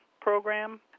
program